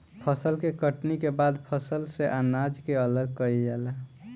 फसल के कटनी के बाद फसल से अनाज के अलग कईल जाला